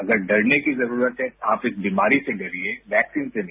अगर डरने की जरूरत है आप इस बीमारी से डरिए वैक्सीन से नहीं